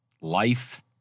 life